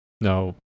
No